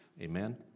Amen